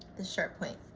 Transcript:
the sharp point.